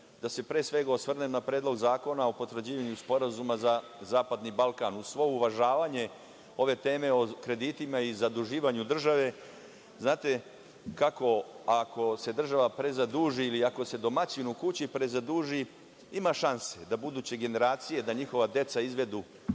da se pre svega osvrnem na Predlog zakona o potvrđivanju Sporazuma za Zapadni Balkan. Uz svo uvažavanje ove teme o kreditima i zaduživanju države, znate kako, ako se država prezaduži ili ako se domaćin u kući prezaduži, ima šanse da buduće generacije, da njihova deca izvedu